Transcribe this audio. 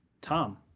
Tom